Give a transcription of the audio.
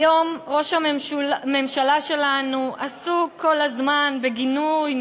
היום ראש הממשלה שלנו עסוק כל הזמן בגינוי,